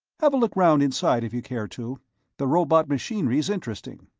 have a look round inside if you care to the robot machinery's interesting.